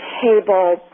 table